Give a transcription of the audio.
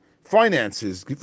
finances